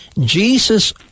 Jesus